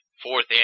fourth